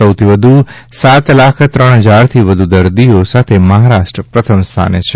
સૌથી વધુ સાત લાખ ત્રણ હજારથી વધુ દર્દીઓ સાથે મહારાષ્ટ્ર પ્રથમ સ્થાને છે